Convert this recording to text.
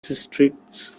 districts